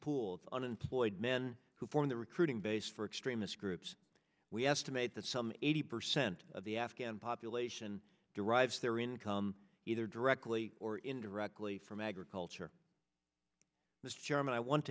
of unemployed men who form the recruiting base for extremist groups we estimate that some eighty percent of the afghan population derives their income either directly or indirectly from agriculture this german i want